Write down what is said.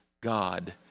God